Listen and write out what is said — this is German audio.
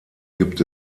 gibt